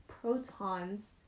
protons